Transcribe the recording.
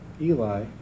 Eli